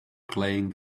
playing